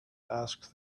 asked